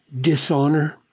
dishonor